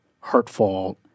hurtful